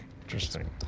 interesting